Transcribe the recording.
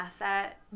asset